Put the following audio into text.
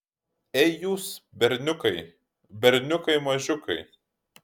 ei jūs berniukai berniukai mažiukai